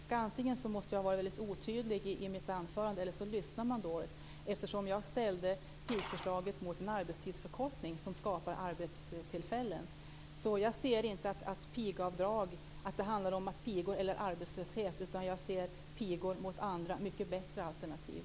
Fru talman! Någonting måste ha klickat. Antingen måste jag ha varit lite otydlig i mitt anförande eller så lyssnar man dåligt, eftersom jag ställde pigförslaget mot en arbetstidsförkortning som skapar arbetstillfällen. Jag ser inte att det handlar om arbetslöshet, utan jag ser pigor mot andra, mycket bättre alternativ.